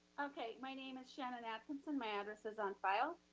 okay. my name is shannon atkinson. my address is on file.